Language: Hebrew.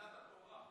קבלת התורה.